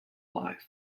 life